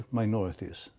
minorities